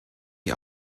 die